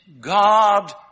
God